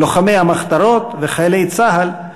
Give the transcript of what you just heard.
לוחמי המחתרות וחיילי צה"ל,